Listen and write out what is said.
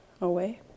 away